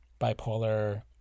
bipolar